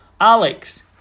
Alex